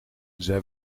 zij